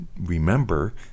remember